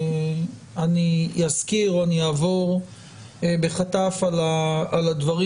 אני אזכיר או אני אעבור בחטף על הדברים.